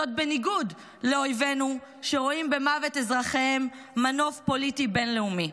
בניגוד לאויבינו שרואים במות אזרחיהם מנוף פוליטי בין-לאומי.